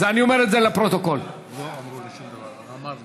הוועדה המשותפת לוועדת